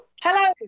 Hello